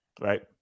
right